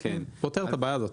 זה פותר את הבעיה הזאת.